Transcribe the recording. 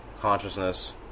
consciousness